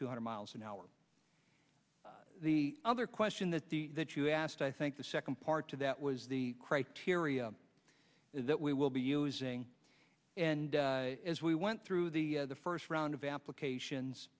two hundred miles an hour the other question that the that you asked i think the second part to that was the criteria that we will be using and as we went through the first round of applications